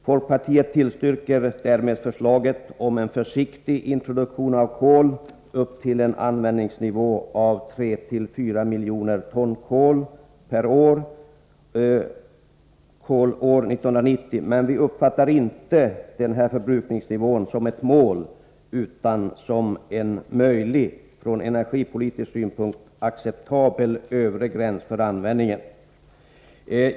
Folkpartiet tillstyrker därmed förslaget om en försiktig introduktion av kol upp till en användningsnivå av 3-4 miljoner ton kol per år från år 1990. Men vi uppfattar inte denna förbrukningsnivå som ett mål utan som en möjlig och från energipolitisk synpunkt acceptabel övre gräns för användningen.